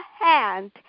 hand